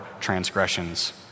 transgressions